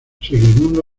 segismundo